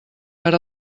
per